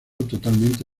totalmente